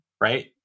right